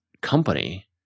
company